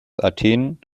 athen